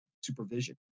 supervision